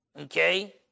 okay